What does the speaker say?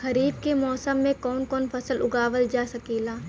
खरीफ के मौसम मे कवन कवन फसल उगावल जा सकेला?